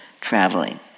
traveling